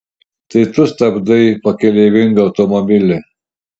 tai tu stabdai pakeleivingą automobilį